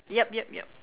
yup yup yup